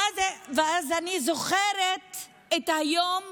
ואז, אני זוכרת את היום